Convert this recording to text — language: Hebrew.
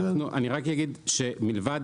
אני רק אגיד שמלבד